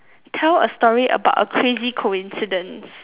tell a story about a crazy coincidence